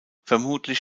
vermutlich